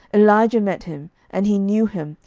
elijah met him and he knew him,